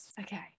Okay